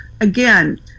again